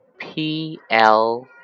PL